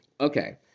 Okay